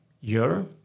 year